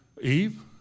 Eve